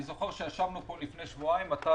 אני זוכר שישבנו פה לפני שבועיים ואתה,